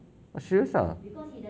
!wah! serious ah